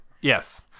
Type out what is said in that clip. Yes